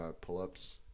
pull-ups